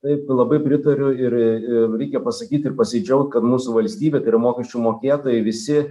taip labai pritariu ir ir reikia pasakyti pasidžiaugt kad mūsų valstybė tai yra mokesčių mokėtojai visi